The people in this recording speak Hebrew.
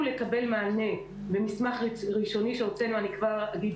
אני רוצה להקדיש את 20 השניות האלה גם מפה בפורום החשוב הזה